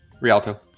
Rialto